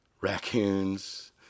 raccoons